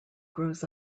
grows